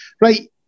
Right